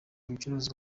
ibicuruzwa